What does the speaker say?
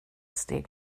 steg